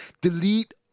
delete